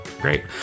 great